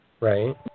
Right